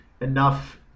enough